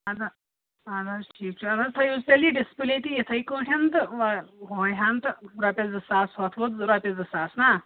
اَدٕ اَدٕ حظ ٹھیٖک چھُ اَدٕ حظ تھٲیوٕس تیٚلہِ یہِ ڈِسپٕلے تہِ یِتھٕے کٲٹھۍ تہٕ وۄنۍ ہَن تہٕ رۄپیَس زٕ ساس ہُتھ ووت رۄپیَس زٕ ساس نا